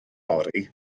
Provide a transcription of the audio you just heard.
fory